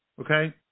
Okay